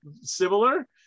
similar